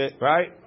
Right